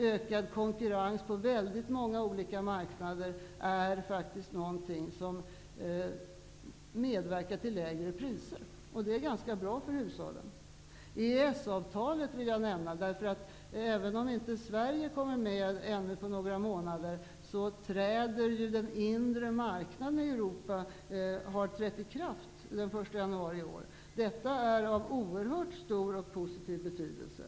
Ökad konkurrens på väldigt många olika marknader är faktiskt någonting som medverkar till lägre priser, och det är ganska bra för hushållen. EES-avtalet vill jag också nämna. Även om Sverige inte kommer med ännu på några månader, är ju den inre marknaden i Europa i kraft sedan den 1 januari i år. Detta är av oerhört stor och positiv betydelse.